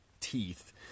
teeth